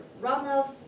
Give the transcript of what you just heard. runoff